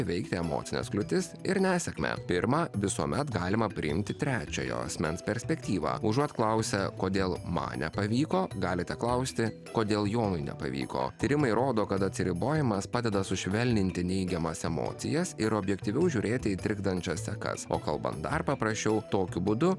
įveikti emocines kliūtis ir nesėkmę pirmą visuomet galima priimti trečiojo asmens perspektyvą užuot klausę kodėl man nepavyko galite klausti kodėl jonui nepavyko tyrimai rodo kad atsiribojimas padeda sušvelninti neigiamas emocijas ir objektyviau žiūrėti į trikdančias sekas o kalbant dar paprasčiau tokiu būdu